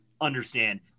understand